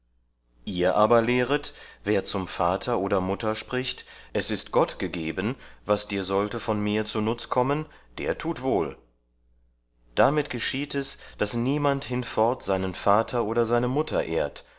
ihr aber lehret wer zum vater oder mutter spricht es ist gott gegeben was dir sollte von mir zu nutz kommen der tut wohl damit geschieht es daß niemand hinfort seinen vater oder seine mutter ehrt